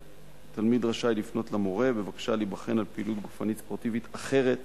תלמיד רשאי לפנות למורה בבקשה להיבחן על פעילות גופנית ספורטיבית אחרת